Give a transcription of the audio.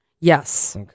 Yes